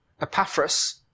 Epaphras